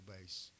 base